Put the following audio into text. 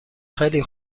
خیلی